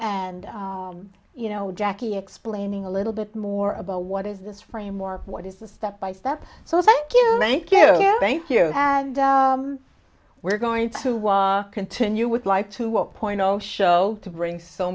and you know jackie explaining a little bit more about what is this framework what is the step by step so thank you thank you thank you and we're going to why continue with life to a point show to bring so